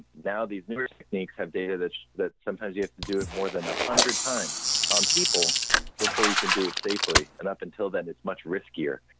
now these new techniques have data that that sometimes you have to do it more than a hundred times on people before you can do it safely and up until then, it's much riskier.